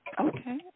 Okay